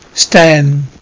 Stan